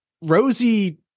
Rosie